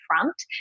front